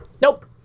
nope